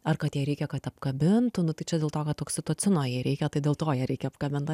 ar kad jai reikia kad apkabintų nu tai čia dėl to kad oksitocino jai reikia tai dėl to ją reikia apkabint